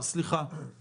סעיף 2 בהצעת חוק-היסוד,